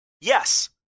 Yes